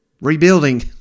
rebuilding